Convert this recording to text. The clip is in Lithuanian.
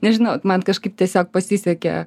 nežinau man kažkaip tiesiog pasisekė